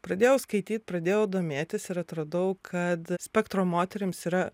pradėjau skaityt pradėjau domėtis ir atradau kad spektro moterims yra